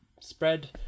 spread